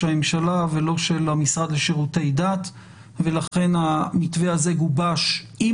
הממשלה ולא של המשרד לשירותי דת ולכן המתווה הזה גובש עם